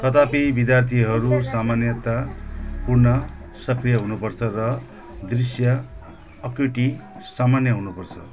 तथापि विद्यार्थीहरू सामान्यतया पुनः सक्रिय हुनुपर्छ र दृश्य अक्युटी सामान्य हुनुपर्छ